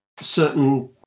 certain